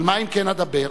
על מה, אם כן, אדבר?